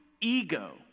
Ego